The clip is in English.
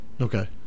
okay